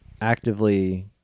actively